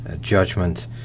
judgment